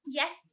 Yes